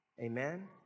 Amen